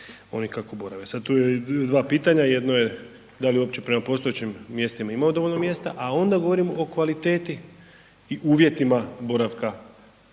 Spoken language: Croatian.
oni kako borave. Sad tu je dva pitanja, jedno je da li uopće prema postojećim mjestima imamo dovoljno mjesta, a onda govorimo o kvaliteti i uvjetima boravka